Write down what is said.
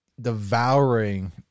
devouring